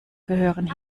gehören